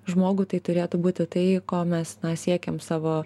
žmogų tai turėtų būti tai ko mes siekėm savo